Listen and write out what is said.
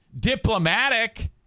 diplomatic